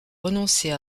renoncer